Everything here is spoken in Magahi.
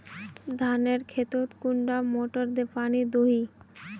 धानेर खेतोत कुंडा मोटर दे पानी दोही?